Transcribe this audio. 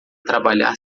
trabalhar